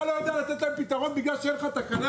אתה לא יכול לתת להם פתרון כי אין לך תקנה